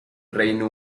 reino